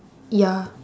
ya